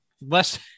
less